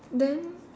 then